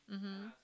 mmhmm